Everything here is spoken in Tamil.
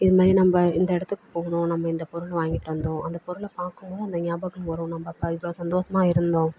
இது மாதிரி நம்ம இந்த இடத்துக்கு போனோம் நம்ம இந்த பொருள் வாங்கிட்டு வந்தோம் அந்த பொருளை பார்க்கும்போது அந்த ஞாபகம் வரும் நம்ம அப்போ இவ்வளோ சந்தோஷமா இருந்தோம்